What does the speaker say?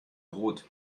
rot